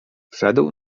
wszedł